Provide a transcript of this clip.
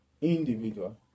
individual